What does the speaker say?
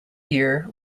year